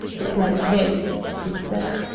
it's like this, he said.